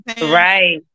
Right